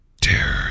terror